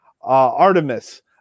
Artemis